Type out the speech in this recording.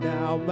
Now